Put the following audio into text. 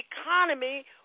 economy